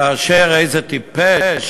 כאשר איזה טיפש